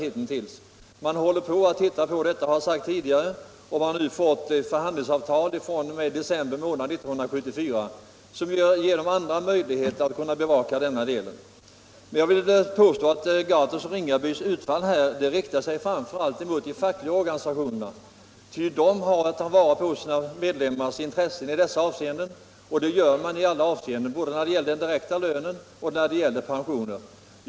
Inom de fackliga organisationerna har man alltså länge debatterat den här saken, och i december 1974 fick man ett förhandlingsavtal, som ger de fackliga organisationerna andra möjligheter än tidigare att bevaka denna fråga. Jag vill påstå att herrar Gahrtons och Ringabys utfall här framför allt riktar sig mot de fackliga organisationerna. Dessa har att tillvarata sina medlemmars intressen, och det gör de både i detta avseende och när det gäller den direkta lönen.